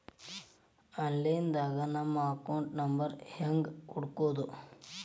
Online ದಾಗ ನಮ್ಮ account number ಹೆಂಗ್ ಹುಡ್ಕೊದು?